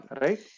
Right